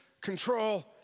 control